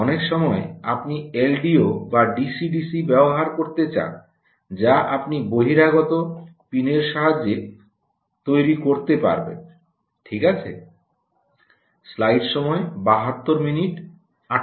অনেক সময় আপনি এলডিও বা ডিসি ডিসি ব্যবহার করতে চান যা আপনি বহিরাগত পিনের সাহায্যে তৈরি করতে পারেন ঠিক আছে